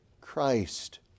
Christ